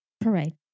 Parade